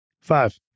Five